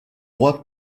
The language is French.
droit